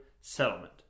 settlement